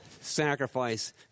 sacrifice